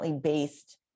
based